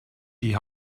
die